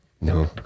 No